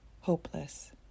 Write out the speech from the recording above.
hopeless